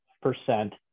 percent